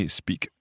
speak